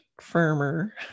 firmer